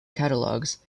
catalogs